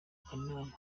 kanama